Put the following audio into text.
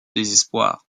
désespoir